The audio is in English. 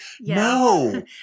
no